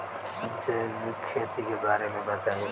जैविक खेती के बारे में बताइ